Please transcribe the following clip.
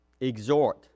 exhort